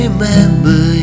Remember